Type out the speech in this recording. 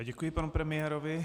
Děkuji panu premiérovi.